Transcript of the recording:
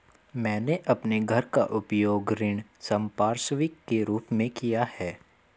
मैंने अपने घर का उपयोग ऋण संपार्श्विक के रूप में किया है